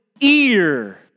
ear